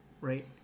right